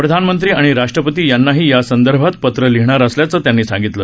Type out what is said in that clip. प्रधानमंत्री आणि राष्ट्रपती यांनाही यासंदर्भात पत्र लिहिणार असल्याचं त्यांनी सांगितलं